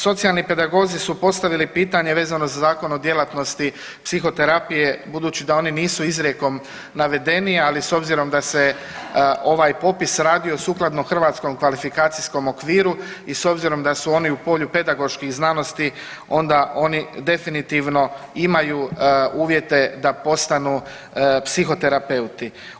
Socijalni pedagozi su postavili pitanje vezano za Zakon o djelatnosti psihoterapije, budući da oni nisu izrijekom navedeni, ali s obzirom da se ovaj popis radio sukladno Hrvatskom kvalifikacijskom okviru i s obzirom da su oni u polju pedagoških znanosti onda oni definitivno imaju uvjete da postanu psihoterapeuti.